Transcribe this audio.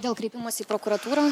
dėl kreipimosi į prokuratūrą